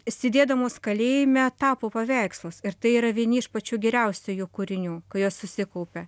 sėdėdamos kalėjime tapo paveikslus ir tai yra vieni iš pačių geriausių jų kūrinių kurie susikaupia